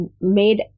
made